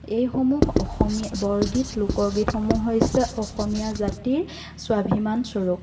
এইসমূহ অসমীয়া বৰগীত লোকগীতসমূহ হৈছে অসমীয়া জাতিৰ স্বাভিমানস্বৰূপ